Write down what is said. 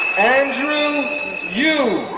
andrew yu,